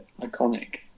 iconic